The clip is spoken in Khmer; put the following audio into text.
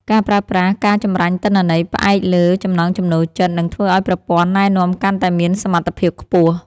ការប្រើប្រាស់ ការចម្រាញ់ទិន្នន័យផ្អែកលើចំណង់ចំណូលចិត្ត នឹងធ្វើឱ្យប្រព័ន្ធណែនាំកាន់តែមានសមត្ថភាពខ្ពស់។